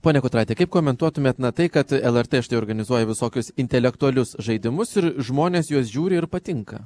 ponia kutraite kaip komentuotumėt tai kad lrt štai organizuoja visokius intelektualius žaidimus ir žmonės juos žiūri ir patinka